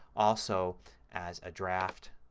also as a draft,